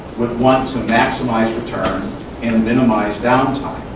would want to maximize return and minimize downtime.